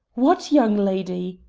what young lady?